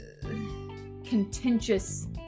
contentious